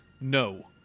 No